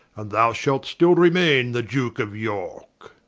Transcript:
and thou shalt still remaine the duke of yorke